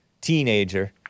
Teenager